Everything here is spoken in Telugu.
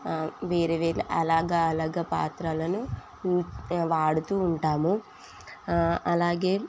వేరే వేరే అలగ అలగ పాత్రలను వాడుతూ ఉంటాము అలాగే